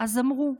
אז אמרו.